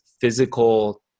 physical